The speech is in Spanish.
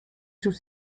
sus